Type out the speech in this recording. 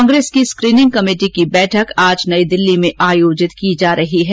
कांग्रेस की screening committee की बैठक आज नई दिल्ली में आयोजित की जा रही है